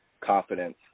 confidence